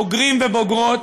בוגרים ובוגרות,